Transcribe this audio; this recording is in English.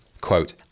quote